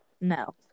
no